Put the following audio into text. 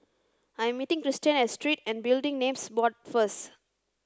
I am meeting Cristian at Street and Building Names Board first